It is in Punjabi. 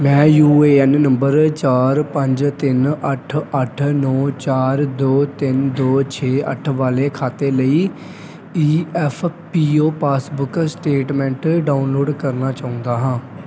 ਮੈਂ ਯੂ ਏ ਐੱਨ ਨੰਬਰ ਚਾਰ ਪੰਜ ਤਿੰਨ ਅੱਠ ਅੱਠ ਨੌਂ ਚਾਰ ਦੋ ਤਿੰਨ ਦੋ ਛੇ ਅੱਠ ਵਾਲੇ ਖਾਤੇ ਲਈ E F P O passbook statement download ਕਰਨਾ ਚਾਹੁੰਦਾ ਹਾਂ